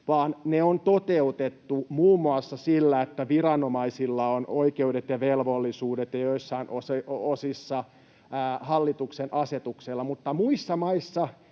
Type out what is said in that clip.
vaan ne on toteutettu muun muassa sillä, että viranomaisilla on oikeudet ja velvollisuudet, ja joissain osin hallituksen asetuksilla, siis että muissa maissa